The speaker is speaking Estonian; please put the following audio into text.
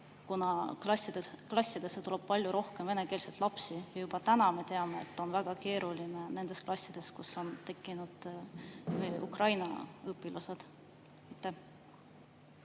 kuna klassidesse tuleb palju rohkem venekeelseid lapsi. Juba täna me teame, et on väga keeruline nendes klassides, kus on ukraina õpilased.